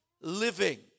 living